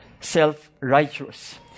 Self-righteous